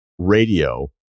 radio